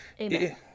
Amen